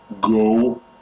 go